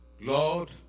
Lord